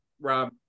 Rob